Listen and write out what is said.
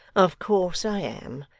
of course i am.